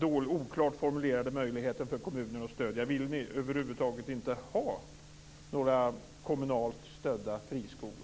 oklart formulerade möjligheten för kommunen att stödja eller vill ni över huvud taget inte ha några kommunalt stödda friskolor?